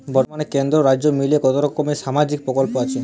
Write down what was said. বতর্মানে কেন্দ্র ও রাজ্য মিলিয়ে কতরকম সামাজিক প্রকল্প আছে?